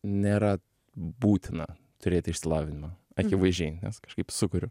nėra būtina turėti išlaviną akivaizdžiai nes kažkaip sukuriu